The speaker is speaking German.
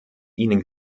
ihnen